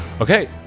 Okay